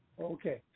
Okay